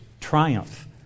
triumph